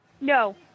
No